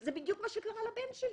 זה בדיוק מה שקרה לבן שלי: